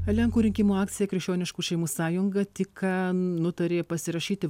lenkų rinkimų akcija krikščioniškų šeimų sąjunga tik ką nutarė pasirašyti